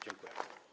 Dziękuję.